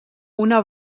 una